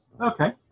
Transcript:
Okay